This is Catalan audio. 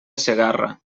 segarra